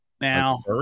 Now